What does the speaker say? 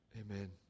Amen